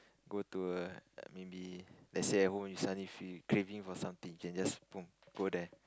go to err maybe lets say at home you suddenly feel craving for something you can just boom go there